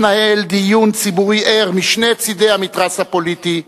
התנהל דיון ציבורי ער משני צדי המתרס הפוליטי.